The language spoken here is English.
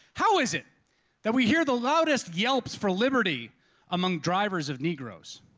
how is it that we hear the loudest yelps for liberty among drivers of negroes?